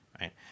Right